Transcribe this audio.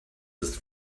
ist